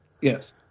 yes